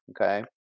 Okay